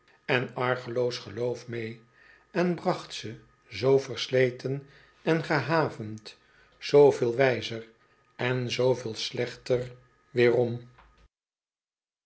en argeloos geloof mee en bracht ze zoo versleten en gehavend zooveel wijzer en zooveel slechter weerom